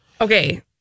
Okay